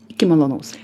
iki malonaus